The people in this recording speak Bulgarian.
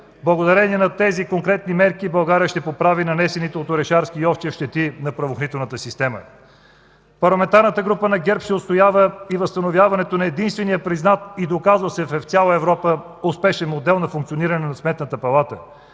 Благодарение на тези конкретни мерки България ще поправи нанесените от Орешарски и Йовчев щети на правоохранителната система. Парламентарната група на ГЕРБ ще отстоява и възстановяването на единствения признат и доказал се в цяла Европа успешен модел на функциониране на Сметната палата